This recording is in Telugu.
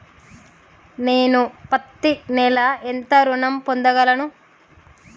నేను పత్తి నెల ఎంత ఋణం పొందగలను?